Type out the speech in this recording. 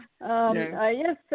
Yes